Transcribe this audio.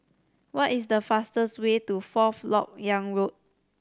what is the fastest way to Fourth Lok Yang Road